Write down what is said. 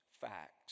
facts